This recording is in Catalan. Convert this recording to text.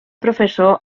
professor